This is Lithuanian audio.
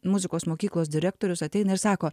muzikos mokyklos direktorius ateina ir sako